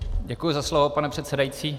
Děkuji za slovo, pane předsedající.